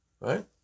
Right